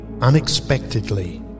unexpectedly